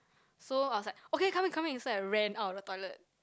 so I was like okay coming coming so I ran out of the toilet